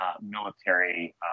military